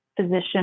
physician